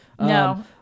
No